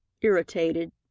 irritated